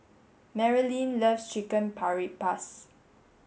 Marilynn loves Chicken Paprikas